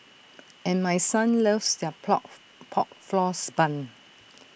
and my son loves their Pork Floss Bun